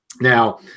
Now